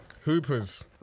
hoopers